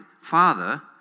Father